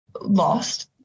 lost